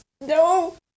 no